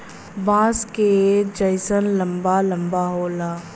बाँस क जैसन लंबा लम्बा होला